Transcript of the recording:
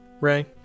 Ray